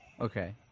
Okay